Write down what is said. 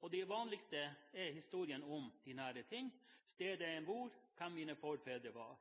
og meget. Det vanligste er historien om de nære ting: stedet en bor, hvem våre forfedre var.